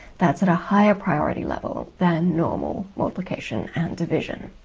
that's at a higher priority level than normal multiplication and division.